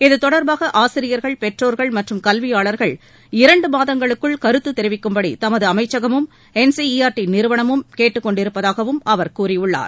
இதுதொடர்பாக ஆசிரியர்கள் பெற்றோர்கள் மற்றும் கல்வியாளர்கள் இரண்டு மாதங்களுக்குள் தெரிவிக்கும்படி தமது அமைச்சகமும் என் சி இ ஆர் கருத்து நிறுவனமும் கேட்டுக்கொண்டிருப்பதாகவும் அவர் கூறியுள்ளார்